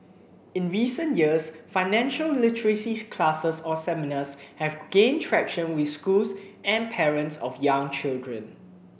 in recent years financial literacy classes or seminars have gained traction with schools and parents of young children